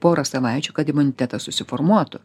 porą savaičių kad imunitetas susiformuotų